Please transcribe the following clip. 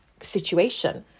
situation